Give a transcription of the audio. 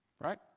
Right